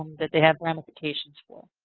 um that they have ramifications for.